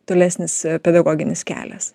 tolesnis pedagoginis kelias